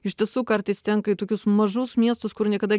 iš tiesų kartais tenka į tokius mažus miestus kur niekada